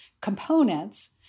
components